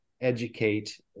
educate